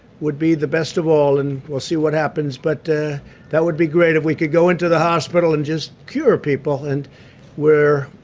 would be the best of all, and we'll see what happens. but that would be great, if we could go into the hospital and just cure people, and we're